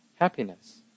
happiness